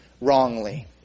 wrongly